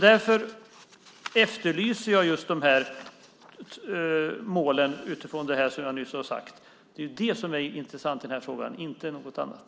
Därför efterlyser jag just de här målen utifrån det jag nyss har sagt. Det är det som är intressant i den här frågan, och inte något annat.